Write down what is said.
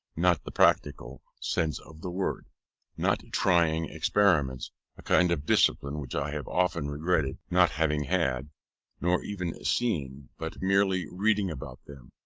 not the practical sense of the word not trying experiments a kind of discipline which i have often regretted not having had nor even seeing, but merely reading about them.